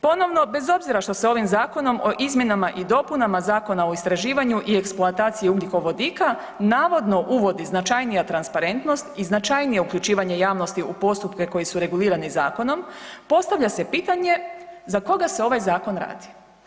Ponovno bez obzira što se ovim Zakonom o izmjenama i dopunama Zakona o istraživanju i eksploataciji ugljikovodika navodno uvodi značajnija transparentnost i značajnije uključivanje javnosti u postupke koji su regulirani zakonom postavlja se pitanje za koga se ovaj zakon radi?